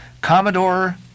Commodore